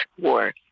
war